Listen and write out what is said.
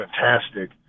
fantastic